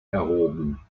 erhoben